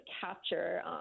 capture